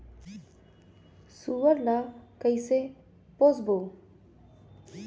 सुअर ला कइसे पोसबो?